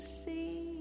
see